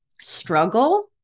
struggle